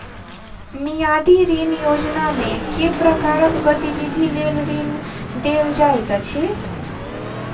मियादी ऋण योजनामे केँ प्रकारक गतिविधि लेल ऋण देल जाइत अछि